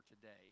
today